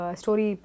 story